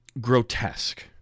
grotesque